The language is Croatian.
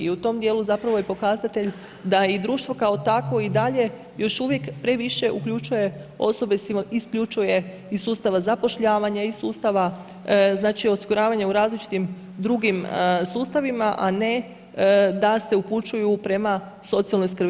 I u tom dijelu zapravo je pokazatelj da i društvo kao takvo i dalje još uvijek previše uključuje osobe sa, isključuje, iz sustava zapošljavanja, iz sustava znači osiguravanja u različitim drugim sustavima a ne da se upućuju prema socijalnoj skrbi.